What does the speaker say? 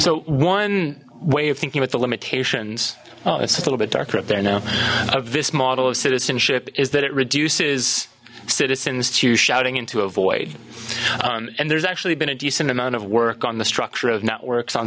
so one way of thinking with the limitations well it's a little bit darker up there now of this model of citizenship is that it reduces citizens to shouting into a void and there's actually been a decent amount of work on the structure of networks on